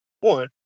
one